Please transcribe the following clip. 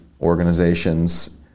organizations